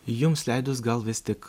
jums leidus gal vis tik